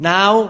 Now